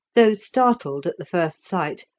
though startled at the first sight,